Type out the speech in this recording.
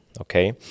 okay